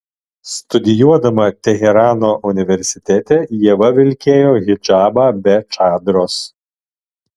studijuodama teherano universitete ieva vilkėjo hidžabą be čadros